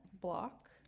block